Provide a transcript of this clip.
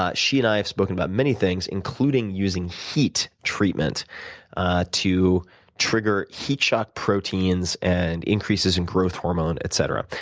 ah she and i have spoken about many things including using heat treatment to trigger heat shock proteins and increases in growth hormone, etc.